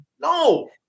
No